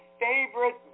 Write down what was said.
favorite